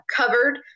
covered